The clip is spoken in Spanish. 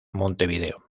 montevideo